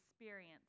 experience